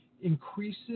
increases